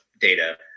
data